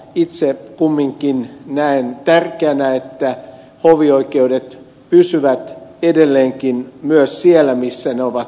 itse kumminkin näen tärkeänä että hovioikeudet pysyvät edelleenkin myös siellä missä ne ovat olleet aikaisemmin